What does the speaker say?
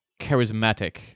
charismatic